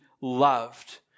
loved